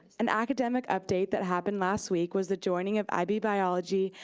an academic update that happened last week was the joining of ib biology,